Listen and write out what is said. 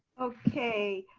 okay.